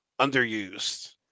underused